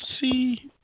see